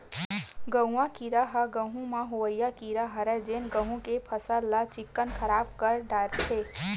गरुआ कीरा ह गहूँ म होवइया कीरा हरय जेन गेहू के फसल ल चिक्कन खराब कर डरथे